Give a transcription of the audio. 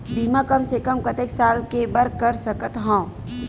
बीमा कम से कम कतेक साल के बर कर सकत हव?